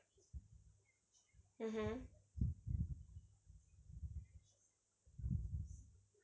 mmhmm